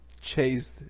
chased